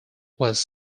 was